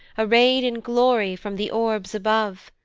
array'd in glory from the orbs above.